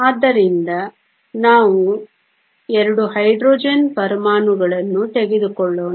ಆದ್ದರಿಂದ ನಾವು 2 ಹೈಡ್ರೋಜನ್ ಪರಮಾಣುಗಳನ್ನು ತೆಗೆದುಕೊಳ್ಳೋಣ